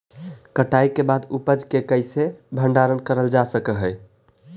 कटाई के बाद उपज के कईसे भंडारण करल जा सक हई?